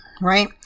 right